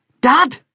Dad